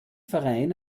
verein